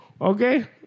Okay